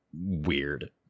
weird